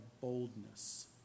boldness